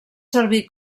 serví